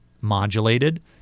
modulated